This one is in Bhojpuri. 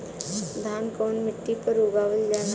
धान कवना मिट्टी पर उगावल जाला?